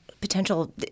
potential